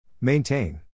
Maintain